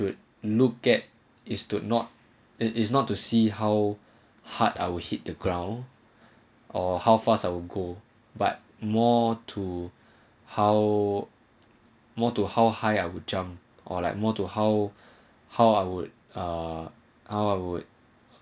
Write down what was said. would look at it stood not it is not to see how hard our hit the ground or how fast our goal but more to how more to how high I would jump or like more to how how I would uh how I would